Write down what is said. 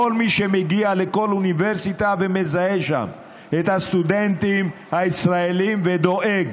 כל מי שמגיע לכל אוניברסיטה ומזהה שם את הסטודנטים הישראלים ודואג